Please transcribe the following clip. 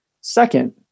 Second